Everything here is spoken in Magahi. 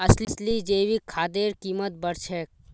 असली जैविक खादेर कीमत बढ़ छेक